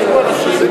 יש פה אנשים,